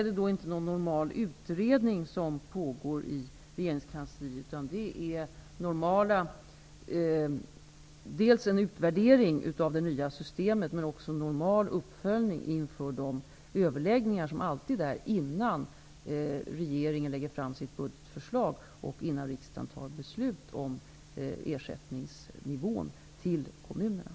Det är inte någon vanlig utredning som pågår i regeringskansliet, utan det är dels en utvärdering av det nya systemet, dels en normal uppföljning inför de överläggningar som alltid sker innan regeringen lägger fram sitt budgetförslag och innan riksdagen fattar beslut om ersättningsnivån till kommunerna.